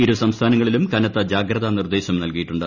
ഇരു സംസ്ഥാനങ്ങളിലും കനത്ത ജാഗ്രതാ നിർദ്ദേശം നൽകിയിട്ടുണ്ട്